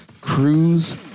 Cruise